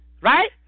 right